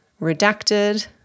redacted